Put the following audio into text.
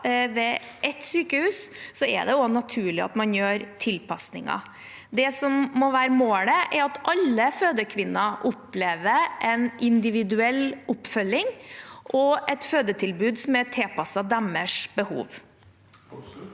ved et sykehus, er det også naturlig at man gjør tilpasninger. Det som må være målet, er at alle fødekvinner opplever en individuell oppfølging og et fødetilbud som er tilpasset deres behov.